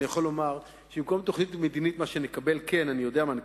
אני יכול לומר שבמקום תוכנית מדינית נקבל את